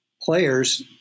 players